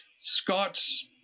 Scott's